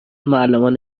معلمان